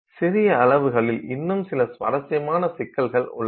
சிறிய அளவுகளில் இன்னும் சில சுவாரஸ்யமான சிக்கல்கள் உள்ளன